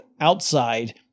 outside